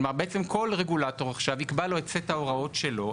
בעצם כל רגולטור עכשיו יקבע לו את סט ההוראות שלו,